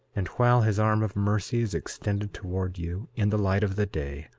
and while his arm of mercy is extended towards you in the light of the day,